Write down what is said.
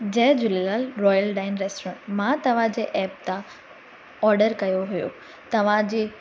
जय Jhulelal royal dine restaurant मां तव्हांजे app तां ऑडर कयो हुयो तव्हांजे